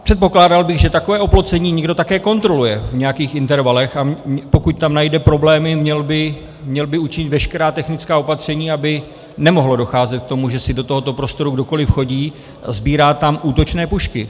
Předpokládal bych, že takové oplocení někdo také kontroluje v nějakých intervalech, a pokud tam najde problémy, měl by učinit veškerá technická opatření, aby nemohlo docházet k tomu, že si do tohoto prostoru kdokoli chodí a sbírá tam útočné pušky.